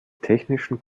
technischen